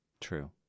true